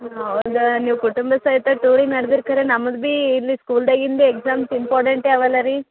ಹಾಂ ಹೌದು ನೀವು ಕುಟುಂಬದ ಸಹಿತ ಟೂರಿಗೆ ನಡ್ದೀರಿ ಖರೇ ನಮ್ದು ಭೀ ಇಲ್ಲಿ ಸ್ಕೂಲ್ದಾಗಿಂದು ಎಕ್ಸಾಮ್ಸ್ ಇಂಪಾರ್ಟೆಂಟೇ ಅವಲ್ಲ ರೀ